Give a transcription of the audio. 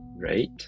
right